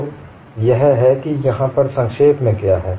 तो यह है कि यहाँ संक्षेप में क्या है